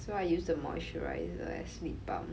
so I use the moisturizer as lip balm